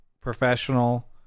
professional